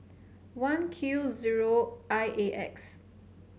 one Q zero I A X